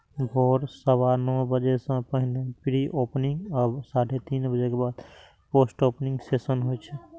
भोर सवा नौ बजे सं पहिने प्री ओपनिंग आ साढ़े तीन बजे के बाद पोस्ट ओपनिंग सेशन होइ छै